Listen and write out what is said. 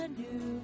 new